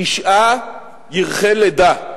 תשעה ירחי לידה,